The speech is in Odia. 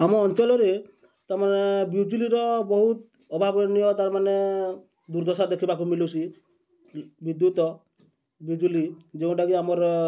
ଆମ ଅଞ୍ଚଲରେ ତାମାନେ ବିଜୁଲିର ବହୁତ ଅଭାବନୀୟ ତାର ମାନେ ଦୂର୍ଦଶା ଦେଖିବାକୁ ମିଲୁଛି ବିଦ୍ୟୁତ ବିଜୁଲି ଯେଉଁଟାକି ଆମର